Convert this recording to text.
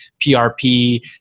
PRP